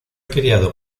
criado